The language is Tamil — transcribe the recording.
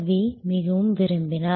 வி மிகவும் விரும்பினார்